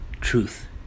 truth